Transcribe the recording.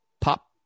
pop